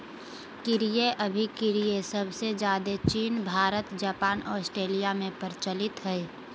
क्रय अभिक्रय सबसे ज्यादे चीन भारत जापान ऑस्ट्रेलिया में प्रचलित हय